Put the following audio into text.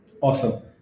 Awesome